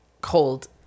cold